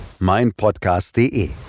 meinpodcast.de